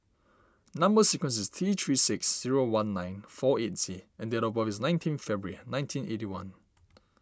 Number Sequence is T three six zero one nine four eight Z and date of birth is nineteen February nineteen eighty one